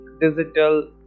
digital